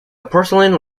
porcelain